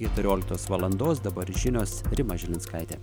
keturioliktos valandos dabar žinios rima žilinskaitė